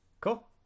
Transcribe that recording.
Cool